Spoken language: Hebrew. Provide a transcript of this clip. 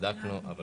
לא